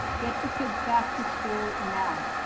get the kids back to school now.